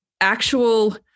actual